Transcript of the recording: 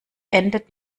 endet